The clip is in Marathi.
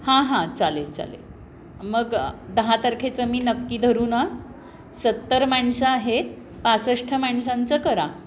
हां हां चालेल चालेल मग दहा तारखेचं मी नक्की धरू ना सत्तर माणसं आहेत पासष्ट माणसांचं करा